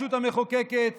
הרשות המחוקקת